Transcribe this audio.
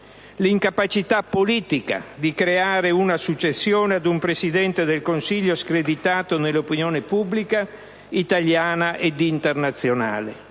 l'incapacità politica di creare una successione ad un Presidente del Consiglio screditato nell'opinione pubblica italiana ed internazionale;